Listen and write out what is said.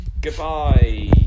goodbye